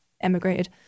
emigrated